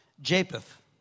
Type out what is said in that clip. Japheth